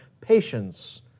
patience